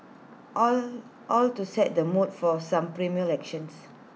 all all to set the mood for some primal actions